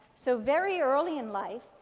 so very early in life,